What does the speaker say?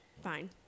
Fine